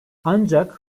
ancak